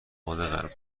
آبادغرب